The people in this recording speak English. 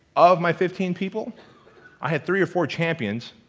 of my fifteen people i had three or four champions